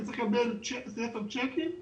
אם אני צריך לקבל ספר שיקים,